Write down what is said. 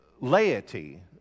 laity